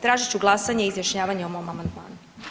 Tražit ću glasanje i izjašnjavanje o mom amandmanu.